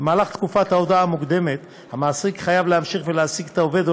במהלך תקופת ההודעה המוקדמת המעסיק חייב להמשיך להעסיק את העובד,